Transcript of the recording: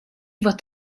what